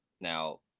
Now